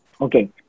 Okay